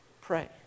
pray